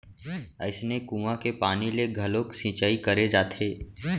अइसने कुँआ के पानी ले घलोक सिंचई करे जाथे